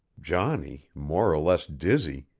johnny, more or less dizzy,